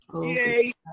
yay